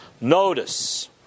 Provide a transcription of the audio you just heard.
Notice